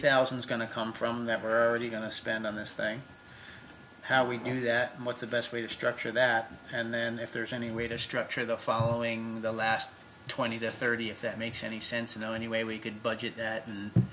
thousand is going to come from that we're already going to spend on this thing how we do that and what's the best way to structure that and then if there's any way to structure the following the last twenty to thirty if that makes any sense you know any way we could budget that and